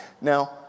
Now